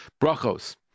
Brachos